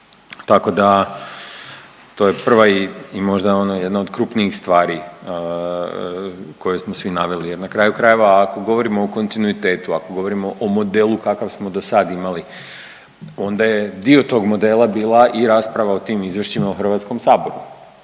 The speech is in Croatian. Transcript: tako da to je prva i možda ono jedna od krupnijih stvari koje smo svi naveli. Jer na kraju krajeva ako govorimo o kontinuitetu, ako govorimo o modelu kakav smo do sad imali onda je dio tog modela bila i rasprava o tim izvješćima u Hrvatskom saboru,